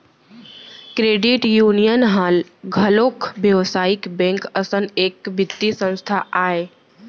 credit union ह घलोक बेवसायिक बेंक असन एक बित्तीय संस्था आय